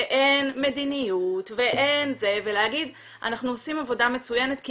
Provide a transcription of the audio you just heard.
אין מדיניות ולהגיד "אנחנו עושים עבודה מצוינת כי